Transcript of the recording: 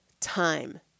time